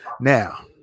Now